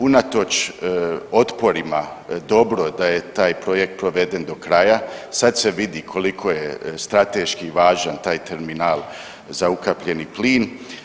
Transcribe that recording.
Unatoč otporima dobro da je taj projekt proveden do kraja, sad se vidi koliko je strateški važan taj terminal za ukapljeni plin.